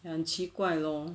ya 奇怪 lor